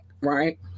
right